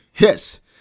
yes